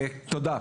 תודה.